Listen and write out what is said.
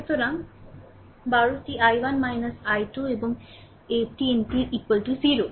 সুতরাং 12 টি I1 I2 এবং টিএনটি 0